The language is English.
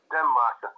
Denmark